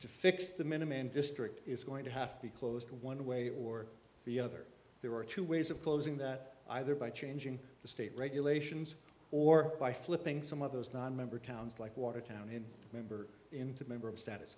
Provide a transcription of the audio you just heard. to fix the minimum district is going to have to be closed one way or the other there are two ways of closing that either by changing the state regulations or by flipping some of those nonmember towns like watertown in member into member of status